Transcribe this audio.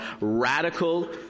radical